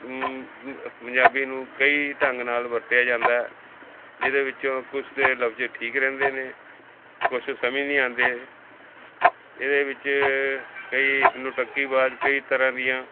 ਪੰਜਾਬੀ ਨੂੰ ਕਈ ਢੰਗ ਨਾਲ ਵਰਤਿਆ ਜਾਂਦਾ ਜਿਹਦੇ ਵਿੱਚੋਂ ਕੁਝ ਤਾਂ ਲਫਜ਼ ਠੀਕ ਰਹਿੰਦੇ ਨੇ ਕੁਝ ਸਮਝ ਨਹੀਂ ਆਉਂਦੇ ਇਹਦੇ ਵਿੱਚ ਕਈ ਲੁਟੱਕੀਵਾਜ ਕਈ ਤਰ੍ਹਾਂ ਦੀਆਂ